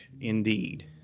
indeed